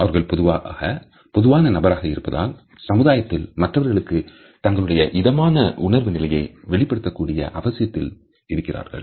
அவர்கள் பொதுவான நபராக இருப்பதால் சமுதாயத்தில் மற்றவர்களுக்கு தங்களுடைய இதமான உணர்வு நிலை வெளி படுத்தக்கூடிய அவசியத்தில் இருக்கிறார்கள்